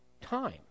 time